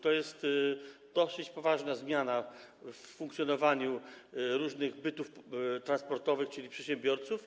To jest dosyć poważna zmiana w funkcjonowaniu różnych bytów transportowych, czyli przedsiębiorców.